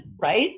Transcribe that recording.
right